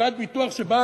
חברת ביטוח שבה,